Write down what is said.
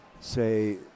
say